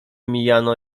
mijano